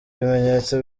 ibimenyetso